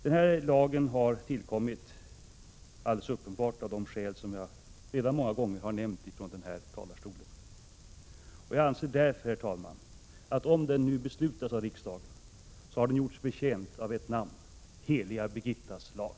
Den här lagen har alledels uppenbart tillkommit av de skäl som jag många gånger har nämnt i denna talarstol. Jag anser därför, herr talman, att lagen, om den nu beslutas av riksdagen, har gjort sig förtjänt av namnet ”Heliga Birgittas lag”.